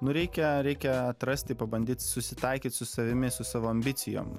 nu reikia reikia atrasti pabandyt susitaikyt su savimi su savo ambicijom